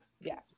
Yes